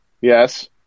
Yes